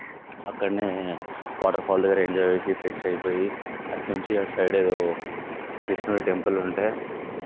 అక్కడ్నే waterfall దగ్గర enjoy చేసి fresh అయిపోయి అటునుంచి అటు సైడ్ ఏదో కృష్ణుడి టెంపుల్ ఉంటే